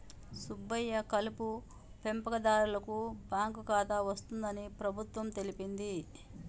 సుబ్బయ్య కలుపు పెంపకందారులకు బాంకు ఖాతా వస్తుందని ప్రభుత్వం తెలిపింది